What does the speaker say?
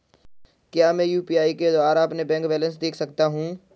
क्या मैं यू.पी.आई के द्वारा अपना बैंक बैलेंस देख सकता हूँ?